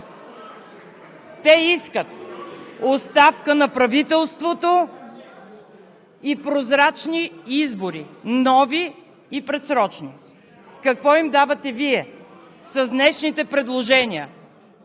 Те искат оставка на правителството и прозрачни избори – нови и предсрочни. Какво им давате Вие с днешните предложения?